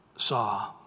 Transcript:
saw